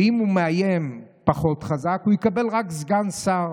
ואם הוא מאיים פחות חזק, הוא יקבל רק סגן שר.